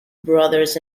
brothers